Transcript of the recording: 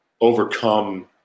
overcome